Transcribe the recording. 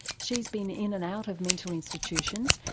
she's been in and out of mental institutions,